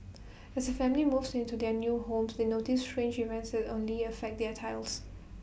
as A family moves into their new home to they notice strange events only affect their tiles